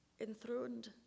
enthroned